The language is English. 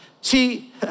See